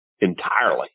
entirely